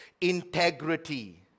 Integrity